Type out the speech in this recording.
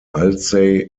alzey